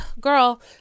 girl